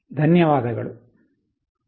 ಧನ್ಯವಾದಗಳು